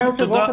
אדוני היושב-ראש,